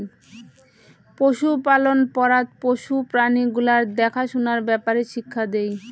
পশুপালন পড়াত পশু প্রাণী গুলার দ্যাখা সুনার ব্যাপারে শিক্ষা দেই